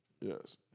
Yes